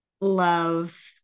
love